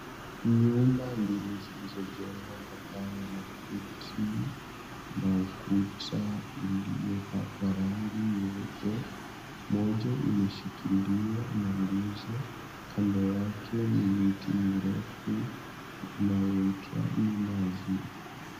Nyumba mbili zilizojengwa kwa paa za makuti na ukuta uliopakwa rangi nyeupe, moja imeshikiliwa na nguzo, kando yake ni miti mirefu inayoitwa minazi.